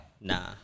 Nah